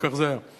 וכך זה היה.